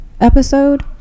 episode